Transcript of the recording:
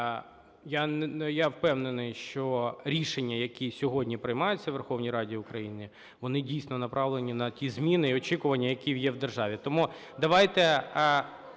Я впевнений, що рішення, які сьогодні приймаються у Верховній Раді України, вони, дійсно, направлені на ті зміни і очікування, які є в державі.